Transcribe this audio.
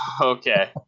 okay